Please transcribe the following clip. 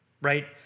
right